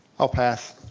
i'll pass.